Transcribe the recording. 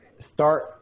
start